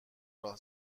راه